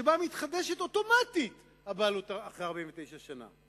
שבה מתחדשת אוטומטית הבעלות אחרי 49 שנה.